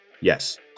Yes